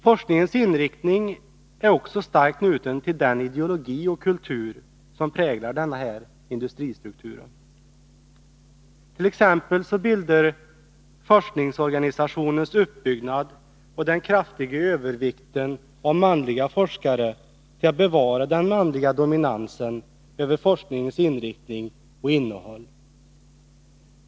Forskningens inriktning är också starkt knuten till den ideologi och kultur som präglar den här industristrukturen. Exempelvis bidrar forskningsorganisationens uppbyggnad och den kraftiga övervikten av manliga forskare till att bevara den manliga dominansen över forskningens inriktning och innehåll.